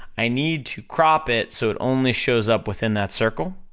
i need to crop it, so it only shows up within that circle,